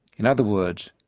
in other words,